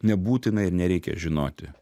nebūtina ir nereikia žinoti